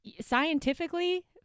scientifically